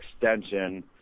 extension